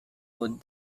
would